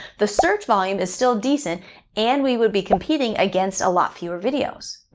the search volume is still decent and we would be competing against a lot fewer videos.